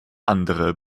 andere